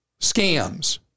scams